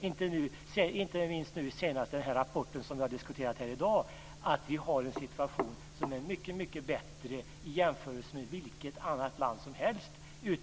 Inte minst den rapport som vi har diskuterat här i dag visar att situationen är mycket bättre i jämförelse med vilket annat land som helst.